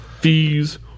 fees